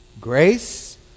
grace